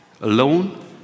alone